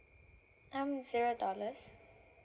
um zero dollars